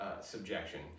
Subjection